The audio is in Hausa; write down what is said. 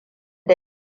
da